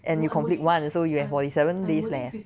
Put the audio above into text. and 你 complete one so you have forty seven days left